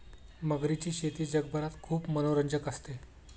मगरीची शेती जगभरात खूप मनोरंजक असते